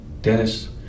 Dennis